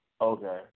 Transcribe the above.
Okay